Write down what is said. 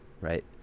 Right